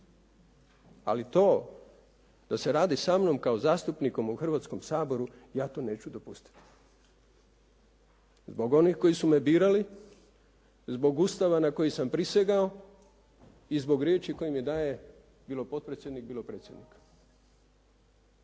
Ali to da se radi samnom kao zastupnikom u Hrvatskom saboru, ja to neću dopustiti, zbog onih koji su me birali, zbog Ustava na koji sam prisegao i zbog riječi koje mi daje bilo potpredsjednik, bilo predsjednik.